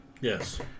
Yes